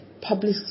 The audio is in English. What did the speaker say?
public